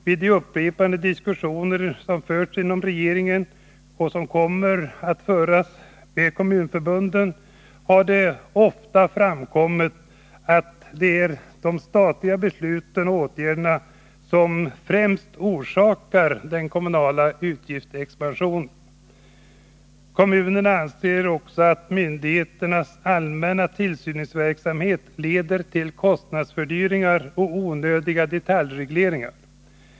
Vid de upprepade diskussioner som förts inom regeringen, och som kommer att föras med kommunförbunden, har det ofta framkommit att det främst är de statliga besluten och åtgärderna som orsakar den kommunala utgiftsexpansionen. Kommunerna anser också att myndigheternas allmänna tillsynsverksamhet leder till kostnadsfördyringar och onödiga detaljregleringar.